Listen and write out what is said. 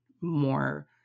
more